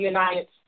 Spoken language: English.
United